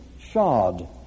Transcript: shod